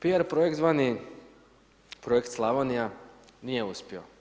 Piar projekt zvani Projekt Slavonija nije uspio.